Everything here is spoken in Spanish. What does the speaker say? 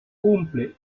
cumple